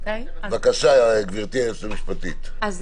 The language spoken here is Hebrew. גברתי היועצת המשפטית, בבקשה.